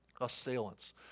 assailants